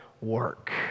work